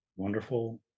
Wonderful